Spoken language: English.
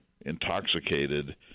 intoxicated